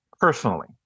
personally